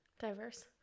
Diverse